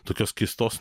tokios keistos